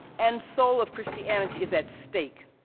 and soul of christianity is at stake,